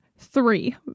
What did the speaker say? three